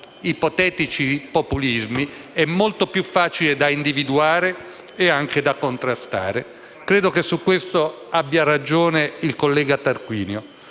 ipotetici populismi, è molto più facile da individuare e anche da contrastare. Credo che su questo abbia ragione il collega Tarquinio: